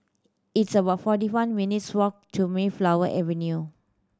it's about forty one minutes' walk to Mayflower Avenue